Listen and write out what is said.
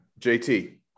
JT